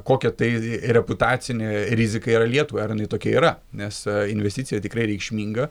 kokią tai reputacinė rizika yra lietuva ar jinai tokia yra nes investicija tikrai reikšminga